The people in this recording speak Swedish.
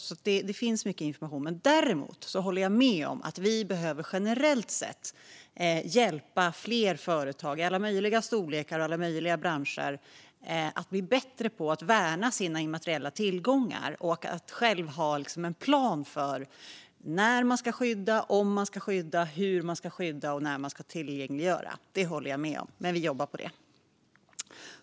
Det finns alltså mycket information. Däremot håller jag med om att vi generellt sett behöver hjälpa fler företag av alla möjliga storlekar och i alla möjliga branscher att bli bättre på att värna sina immateriella tillgångar och att själva ha en plan för när man ska skydda, om man ska skydda, hur man ska skydda och när man ska tillgängliggöra. Det håller jag med om, och vi jobbar på det.